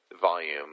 volume –